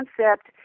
concept